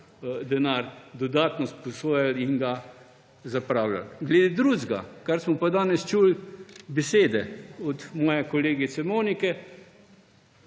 denar dodatno sposojali in ga zapravljali. Glede drugega, kar smo pa danes slišali od moje kolegice Monike,